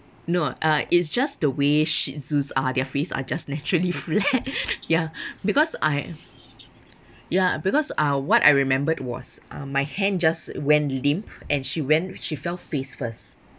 no uh it's just the way shih tzus are their face are just naturally flat ya because I ya because uh what I remembered was uh my hand just went limp and she went she fell face first